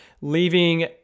leaving